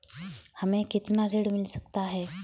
हमें कितना ऋण मिल सकता है?